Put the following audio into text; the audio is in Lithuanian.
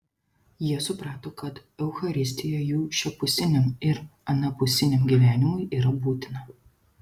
jie suprato kad eucharistija jų šiapusiniam ir anapusiniam gyvenimui yra būtina